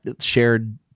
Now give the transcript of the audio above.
shared